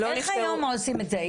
איך היום עושים את זה?